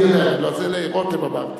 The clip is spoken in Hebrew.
לא, את זה לרותם אמרתי.